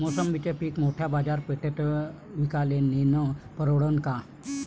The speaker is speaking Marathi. मोसंबी पीक मोठ्या बाजारपेठेत विकाले नेनं परवडन का?